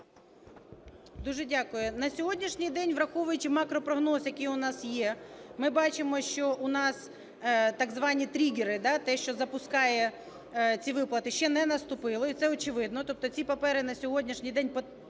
Дуже дякую. На сьогоднішній день, враховуючи макропрогноз, який у нас є, ми бачимо, що у нас так звані тригери те, що запускає ці виплати, ще не наступило, і це очевидно, тобто ці папери на сьогоднішній день,